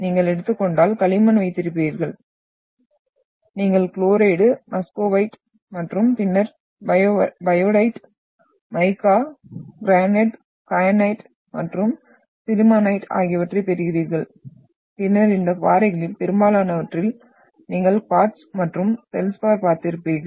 நீங்கள் எடுத்துக்கொண்டால் களிமண் வைத்திருப்பீர்கள் நீங்கள் குளோரைட் மஸ்கோவைட் மற்றும் பின்னர் பயோடைட் மைக்கா கார்னெட் கயனைட் மற்றும் சில்லிமானைட் ஆகியவற்றைப் பெறுகிறீர்கள் பின்னர் இந்த பாறைகளில் பெரும்பாலானவற்றில் நீங்கள் குவார்ட்ஸ் மற்றும் ஃபெல்ட்ஸ்பார் பார்த்து இருப்பீர்கள்